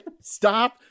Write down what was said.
stop